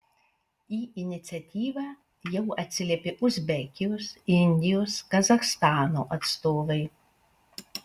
į iniciatyvą jau atsiliepė uzbekijos indijos kazachstano atstovai